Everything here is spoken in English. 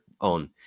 on